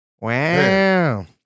Wow